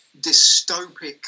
dystopic